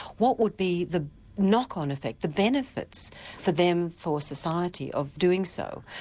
what would be the knock-on effect, the benefits for them, for society, of doing so.